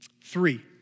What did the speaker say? three